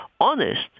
honest